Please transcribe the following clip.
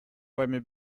вами